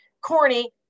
corny